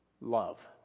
love